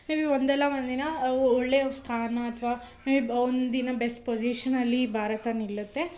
may be ಒಂದಲ್ಲ ಒಂದು ದಿನ ಒಳ್ಳೆಯ ಸ್ಥಾನ ಅಥವಾ ಮೇಬ್ ಒಂದು ದಿನ ಬೆಸ್ಟ್ ಪೊಸಿಷನಲ್ಲಿ ಭಾರತ ನಿಲ್ಲುತ್ತೆ